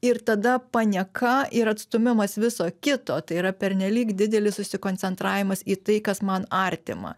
ir tada panieka ir atstūmimas viso kito tai yra pernelyg didelis susikoncentravimas į tai kas man artima